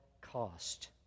cost